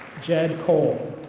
jed cole.